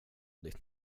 ditt